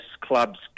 clubs